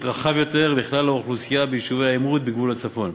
רחב יותר לכלל האוכלוסייה ביישובי העימות בגבול הצפון.